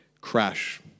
crash